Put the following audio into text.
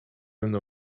mną